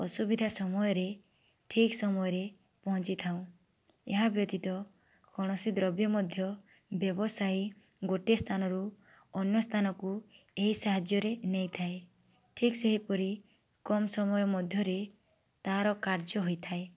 ଅସୁବିଧା ସମୟରେ ଠିକ୍ ସମୟରେ ପହଞ୍ଚି ଥାଉ ଏହା ବ୍ୟତୀତ କୌଣସି ଦ୍ରବ୍ୟ ମଧ୍ୟ ବ୍ୟବସାୟୀ ଗୋଟେସ୍ଥାନରୁ ଅନ୍ୟସ୍ଥାନକୁ ଏହି ସାହାଯ୍ୟରେ ନେଇଥାଏ ଠିକ୍ ସେହିପରି କମ୍ ସମୟ ମଧ୍ୟରେ ତାର କାର୍ଯ୍ୟ ହୋଇଥାଏ